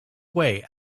way